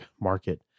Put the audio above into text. market